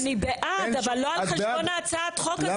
אני בעד, אבל לא על חשבון הצעת החוק הזאת.